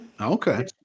Okay